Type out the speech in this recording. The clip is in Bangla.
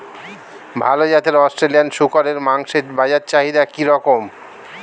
ভাল জাতের অস্ট্রেলিয়ান শূকরের মাংসের বাজার চাহিদা কি রকম?